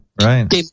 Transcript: Right